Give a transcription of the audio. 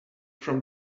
from